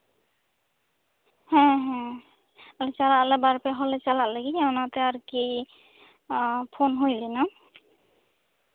ᱦᱮᱸ ᱦᱮᱸ ᱟᱞᱮ ᱵᱟᱨᱯᱮ ᱦᱚᱲᱞᱮ ᱪᱟᱞᱟᱜ ᱞᱟᱹᱜᱤᱫ ᱚᱱᱟᱛᱮ ᱟᱨᱠᱤ ᱯᱷᱳᱱ ᱦᱩᱭ ᱞᱮᱱᱟ